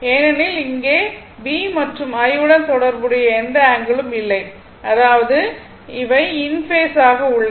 ஏனெனில் இங்கே V மற்றும் I உடன் தொடர்புடைய எந்த ஆங்கிளும் இல்லை அதாவது அவை இன் பேஸ் ஆக உள்ளன